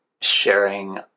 sharing